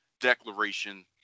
declaration